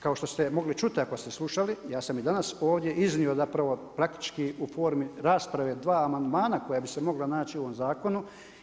Kao što ste mogli čuti ako ste slušali, ja sam i danas ovdje iznio zapravo praktički u formi rasprave dva amandmana koja bi se mogla naći u ovom zakonu.